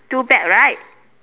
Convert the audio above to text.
two bag right